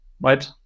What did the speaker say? right